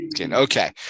Okay